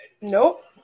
nope